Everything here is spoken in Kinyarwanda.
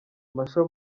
masho